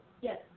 Yes